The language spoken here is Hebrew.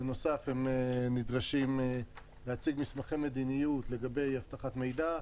בנוסף הם נדרשים להציג מסמכי מדיניות לגבי אבטחת מידע,